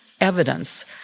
evidence